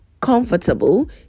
comfortable